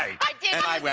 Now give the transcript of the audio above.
i did